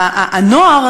הנוער,